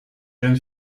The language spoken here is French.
jeune